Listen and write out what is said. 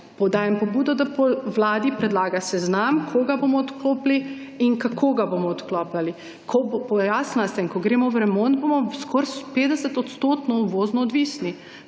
Podajam pobudo, da potem vladi predlaga seznam, koga bomo odklopili in kako ga bomo odklapljali. Pojasnila sem, da ko gremo v remont, bomo skoraj 50-odstotno uvozno odvisni.